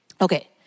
Okay